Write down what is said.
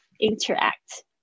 Interact